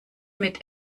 mit